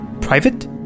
Private